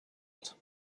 result